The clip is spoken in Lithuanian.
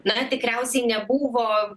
na tikriausiai nebuvo